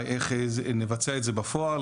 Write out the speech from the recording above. איך נבצע את זה בפועל,